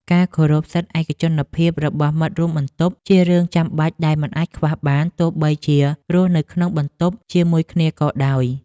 ការគោរពសិទ្ធិឯកជនភាពរបស់មិត្តរួមបន្ទប់ជារឿងចាំបាច់ដែលមិនអាចខ្វះបានទោះបីជារស់នៅក្នុងបន្ទប់ជាមួយគ្នាក៏ដោយ។